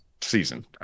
Season